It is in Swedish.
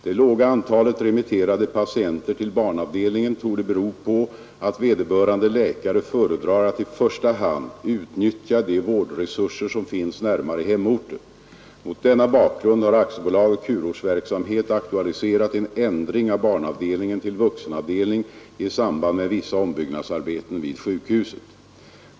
Det låga antalet remitterade patienter till barnavdelningen torde bero på att vederbörande läkare föredrar att i första hand utnyttja de vårdresurser som finns närmare hemorten. Mot denna bakgrund har AB Kurortsverksamhet aktualiserat en ändring av barnavdelningen till vuxenavdelning i samband med vissa ombyggnadsarbeten vid sjukhuset.